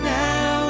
now